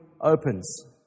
opens